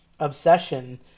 obsession